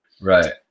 Right